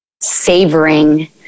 savoring